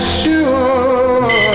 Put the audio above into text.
sure